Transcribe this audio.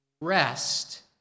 rest